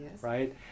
right